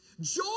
Joy